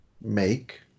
make